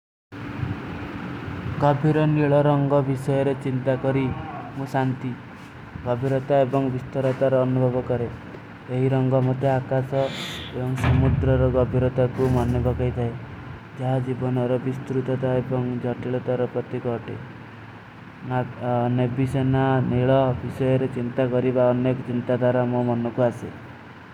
କଫିରୋ ନିଲୋ ରଂଗା ଵିଷ୍ଵେର ଚିନ୍ତା କରୀ, ମୋ ସାଂଥୀ। ଗଫିରୋତା ଏବାଂଗ ଵିଷ୍ଵେର ତର ଅନୁଭଵା କରେ। ଯହୀ ରଂଗା ମୋ ତେ ଆକାସା ଯହାଂ ସମୁଦ୍ର ଔର ଗଫିରୋତା ବୁମ ହନ୍ଯା ଗଖୈ ଦେ। ଜାଜୀ ବନାର ଵିଷ୍ଟ୍ରୁ ଜଦା ଏପଂଗ ଜଟିଲ ତର ପତି ଗୋଟେ। ନାନେ ବିଶନା ନେଲୋ ଅଫିସେର ଚିଂତା କରୀ ବାଵନେ କୀ ଚିଂତା ଦାରା ମୋ ମନନ କୌସେ।